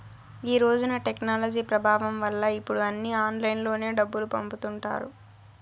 ఈ రోజున టెక్నాలజీ ప్రభావం వల్ల ఇప్పుడు అన్నీ ఆన్లైన్లోనే డబ్బులు పంపుతుంటారు